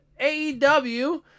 AEW